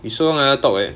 we so long never talk leh